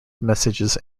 messages